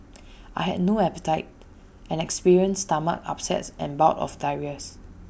I had no appetite and experienced stomach upsets and bouts of diarrhoea